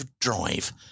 drive